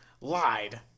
lied